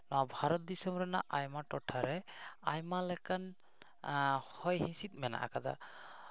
ᱱᱚᱣᱟ ᱵᱷᱟᱨᱚᱛ ᱫᱤᱥᱚᱢ ᱨᱮᱱᱟᱜ ᱟᱭᱢᱟ ᱴᱚᱴᱷᱟᱨᱮ ᱟᱭᱢᱟ ᱞᱮᱠᱟᱱ ᱦᱚᱭ ᱦᱤᱥᱤᱫ ᱢᱮᱱᱟᱜ ᱠᱟᱫᱟ